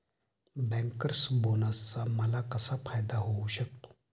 Bankers बोनसचा मला कसा फायदा होऊ शकतो?